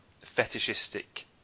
fetishistic